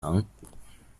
可能